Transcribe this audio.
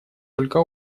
только